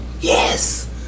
Yes